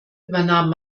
übernahm